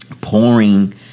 pouring